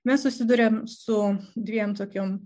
mes susiduriam su dviem tokiom